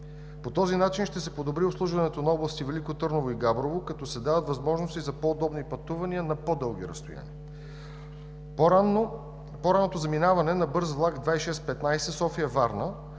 По този начин ще се подобри обслужването на области Велико Търново и Габрово, като се дават възможности за по-удобни пътувания на по-дълги разстояния. По-ранното заминаване на бърз влак № 2615 София – Варна